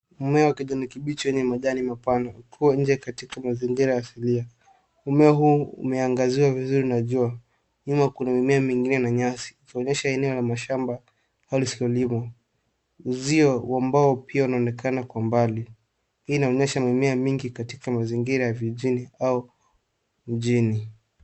Mmea wa kijana kibichi wenye majani mapana uko nje katika mazingira ya asilia. Mmea huu umeangaziwa vizuri na jua. Wima kuna mimea mingine na nyasi, ikionyesha maeneo ya mashamba au silolimo. Uzio wambao pia unaonekana kwa mbali. Hii inaonyesha mimea mingi katika mazingira ya vijijini au mjini.